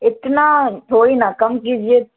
اتنا تھوڑی نا کم کیجیے